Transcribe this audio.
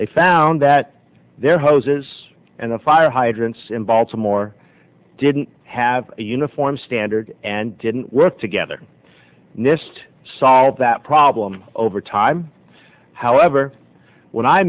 they found that their hoses and the fire hydrants in baltimore didn't have a uniform standard and didn't work together nist solve that problem over time however when i